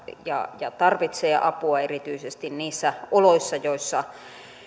ja ja tarvitsee apua erityisesti niissä oloissa joissa